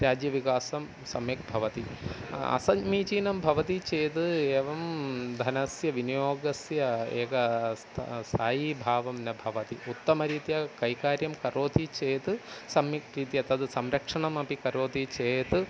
राज्यविकासं सम्यक् भवति असमीचीनं भवति चेत् एवं धनस्य विनियोगस्य एका स्ता स्थायीभावं न भवति उत्तमरीत्या कैकार्यं करोति चेत् सम्यक् रीत्य तत् संरक्षणमपि करोति चेत्